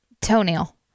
toenail